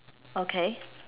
okay